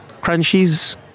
crunchies